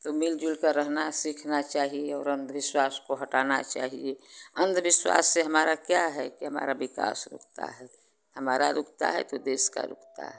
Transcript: तो मिल जुलकर रहना सीखना चाहिए और अंधविश्वास को हटाना चाहिए अंधविश्वास से हमारा क्या है कि हमारा विकास रुकता है हमारा रुकता है तो देश का रुकता है